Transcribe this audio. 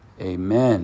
amen